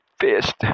fist